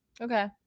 Okay